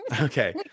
Okay